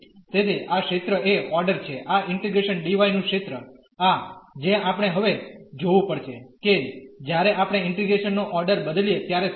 તેથી આ ક્ષેત્ર એ ઓર્ડર છે આ ઇન્ટીગ્રેશન d y નું ક્ષેત્ર આ જે આપણે હવે જોવું પડશે કે જ્યારે આપણે ઇન્ટીગ્રેશન નો ઓર્ડર બદલીએ ત્યારે શું થશે